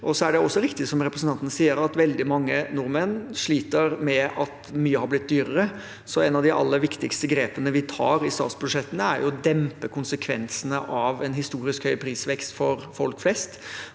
sier, er det også riktig at veldig mange nordmenn sliter med at mye har blitt dyrere, så et av de aller viktigste grepene vi tar i statsbudsjettene, er jo å dempe konsekvensene av en historisk høy prisvekst for folk flest